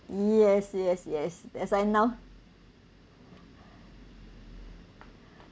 yes yes yes that's why now